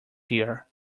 here